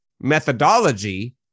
methodology